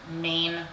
main